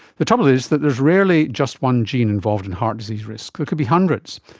the trouble is that there is rarely just one gene involved in heart disease risk, there could be hundreds.